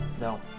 no